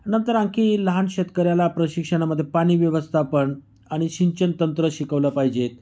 नंतर आणखी लहान शेतकऱ्याला प्रशिक्षणामध्ये पाणी व्यवस्थापन आणि सिंचन तंत्र शिकवलं पाहिजे